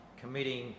committing